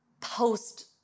post